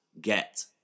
get